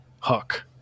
Hook